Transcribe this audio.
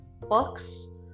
books